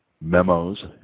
memos